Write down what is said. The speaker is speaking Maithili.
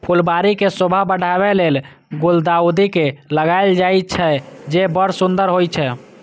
फुलबाड़ी के शोभा बढ़ाबै लेल गुलदाउदी के लगायल जाइ छै, जे बड़ सुंदर होइ छै